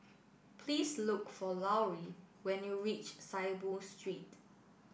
please look for Lauri when you reach Saiboo Street